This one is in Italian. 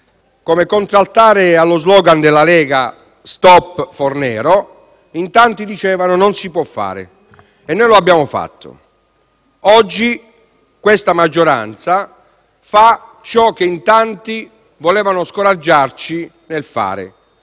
Come contraltare allo *slogan* della Lega «stop Fornero», in tanti dicevano che non si può fare. E noi lo abbiamo fatto. Oggi questa maggioranza fa ciò che in tanti volevano scoraggiarci dal fare,